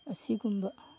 ꯁꯤꯒꯨꯝꯕ